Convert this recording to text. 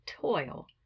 toil